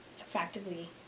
effectively